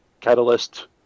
Catalyst